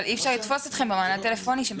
אבל אי אפשר לתפוס אתכם במענה הטלפוני.